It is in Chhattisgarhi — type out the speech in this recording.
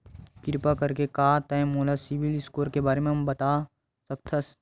किरपा करके का तै मोला सीबिल स्कोर के बारे माँ बता सकथस?